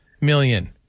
million